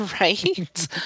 Right